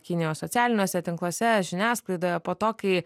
kinijos socialiniuose tinkluose žiniasklaidoje po to kai